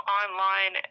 online